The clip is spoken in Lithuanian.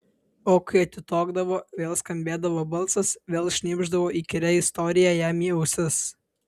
o kai atitokdavo vėl skambėdavo balsas vėl šnypšdavo įkyrią istoriją jam į ausis